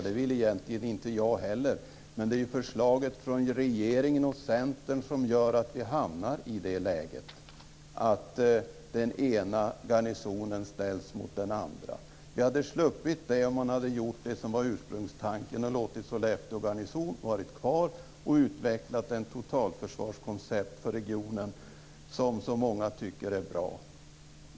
Det vill egentligen inte jag heller, men förslaget från regeringen och Centern gör att den ena garnisonen ställs mot den andra. Vi hade sluppit det om man hade fullföljt utgångstanken att låta Sollefteågarnisonen vara kvar och utveckla ett totalförsvarskoncept för regionen, något som så många tycker är bra.